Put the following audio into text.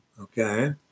okay